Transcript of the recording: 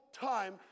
time